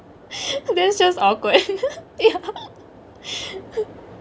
that's just awkward